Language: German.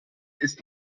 ist